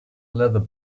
leather